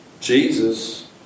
Jesus